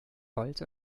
holz